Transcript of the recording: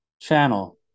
channel